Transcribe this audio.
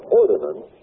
ordinance